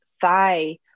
thigh